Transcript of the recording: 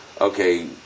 okay